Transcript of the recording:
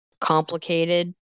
complicated